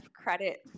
credit